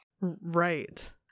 Right